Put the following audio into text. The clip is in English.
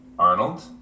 Arnold